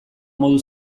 modu